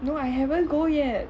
no I haven't go yet